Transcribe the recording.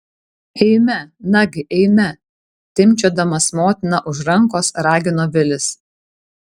eime nagi eime timpčiodamas motiną už rankos ragino vilis